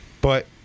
But-